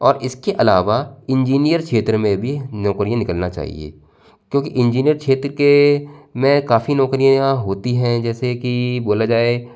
और इसके अलावा इंजीनियर क्षेत्र में भी नौकरियाँ निकलना चाहिए क्योंकि इंजीनियर क्षेत्र के में काफी नौकरियां होती है जैसे कि बोला जाए